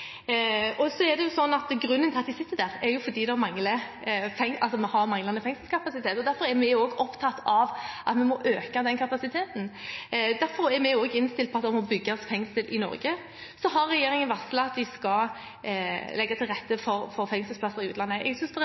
Grunnen til at de sitter der, er at det er manglende fengselskapasitet. Derfor er vi opptatt av å øke den kapasiteten. Derfor er vi også innstilt på at det må bygges fengsel i Norge. Regjeringen har varslet at den skal legge til rette for fengselsplasser i utlandet. Jeg